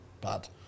bad